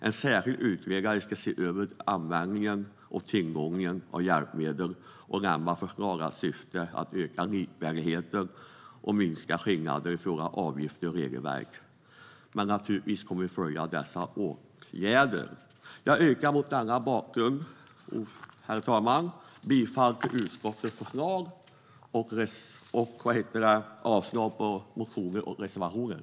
En särskild utredare ska se över tillgången till och användningen av hjälpmedel och lämna förslag i syfte att öka likvärdigheten och minska skillnaderna i fråga om avgifter och regelverk. Naturligtvis kommer vi att följa dessa åtgärder. Herr talman! Jag yrkar mot denna bakgrund bifall till utskottets förslag och avslag på motionen och reservationen.